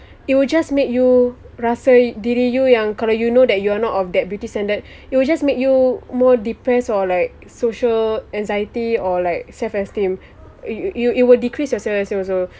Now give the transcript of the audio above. it will just make you rasa diri you yang kalau you know that you are not of that beauty standard it will just make you more depressed or like social anxiety or like self esteem it it will decrease your self esteem also